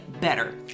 better